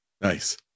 Nice